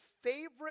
favorite